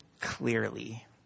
clearly